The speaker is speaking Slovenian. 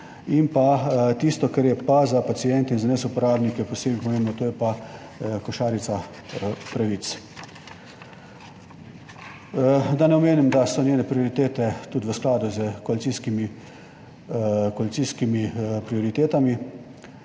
In pa tisto, kar je pa za paciente in za nas uporabnike posebej pomembno, to je pa košarica pravic. Da ne omenim, da so njene prioritete tudi v skladu s koalicijskimi prioritetami